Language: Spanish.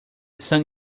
san